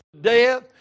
death